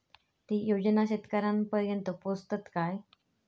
ते योजना शेतकऱ्यानपर्यंत पोचतत काय?